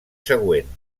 següent